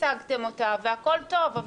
הצגתם אותה והכול טוב.